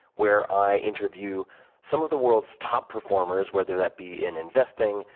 where i interview some of the world's top performers, whether that be in investing,